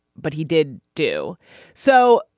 but he did do so.